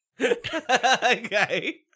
Okay